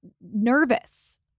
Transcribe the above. nervous